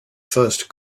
first